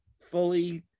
fully